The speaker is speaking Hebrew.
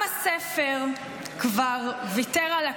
עם הספר כבר ויתר על הקריאה,